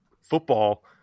football